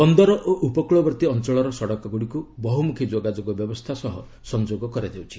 ବନ୍ଦର ଓ ଉପକୂଳବର୍ତ୍ତୀ ଅଞ୍ଚଳର ସଡ଼କ ଗୁଡ଼ିକୁ ବହୁମୁଖୀ ଯୋଗାଯୋଗ ବ୍ୟବସ୍ଥା ସହ ସଂଯୋଗ କରାଯାଉଛି